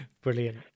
brilliant